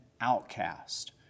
outcast